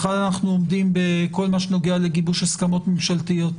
היכן אנחנו עומדים בכל מה שנוגע לגיבוש הסכמות ממשלתיות?